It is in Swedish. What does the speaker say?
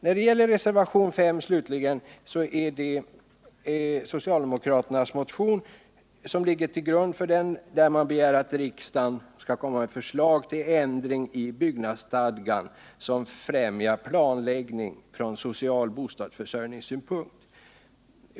När det gäller reservationen 5, slutligen, är det socialdemokraternas motion nr 788 som ligger till grund för den. Däri begär man att riksdagen skall föreläggas förslag till ändring i byggnadsstadgan som främjar planläggning från social bostadsförsörjningssynpunkt.